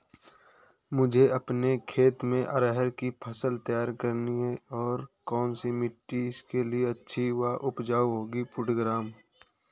मुझे अपने खेत में अरहर की फसल तैयार करनी है और कौन सी मिट्टी इसके लिए अच्छी व उपजाऊ होगी?